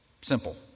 Simple